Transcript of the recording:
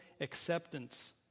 acceptance